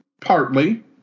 Partly